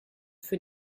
für